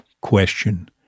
question